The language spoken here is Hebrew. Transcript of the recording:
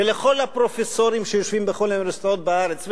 ולכל הפרופסורים שיושבים בכל האוניברסיטאות בארץ,